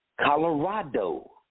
Colorado